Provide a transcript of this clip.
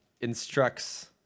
instructs